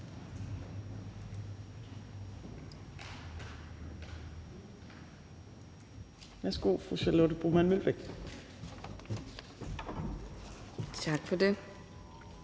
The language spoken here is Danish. Værsgo, fru Charlotte Broman Mølbæk. Kl.